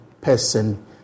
person